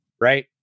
right